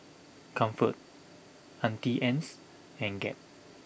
Comfort Auntie Anne's and Gap